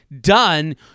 done